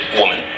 woman